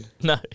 No